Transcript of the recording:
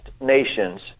Nations